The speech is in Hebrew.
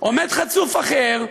עומד חצוף אחר,